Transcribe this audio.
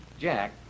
Jack